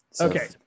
Okay